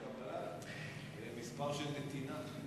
זה מספר של נתינה.